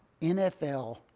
NFL